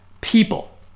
people